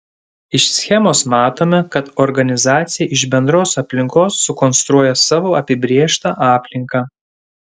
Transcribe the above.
iš schemos matome kad organizacija iš bendros aplinkos sukonstruoja savo apibrėžtą aplinką